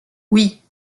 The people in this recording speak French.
oui